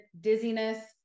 dizziness